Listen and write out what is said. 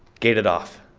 gated off.